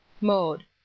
Mode